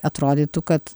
atrodytų kad